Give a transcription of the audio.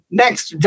next